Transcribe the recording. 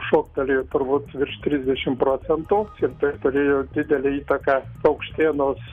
šoktelėjo turbūt virš trisdešim procentų ir tai turėjo didelę įtaką paukštienos